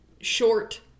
short